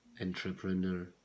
entrepreneur